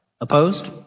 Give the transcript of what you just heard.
Opposed